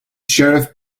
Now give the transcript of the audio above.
sheriff